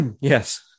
Yes